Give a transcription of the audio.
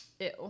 ew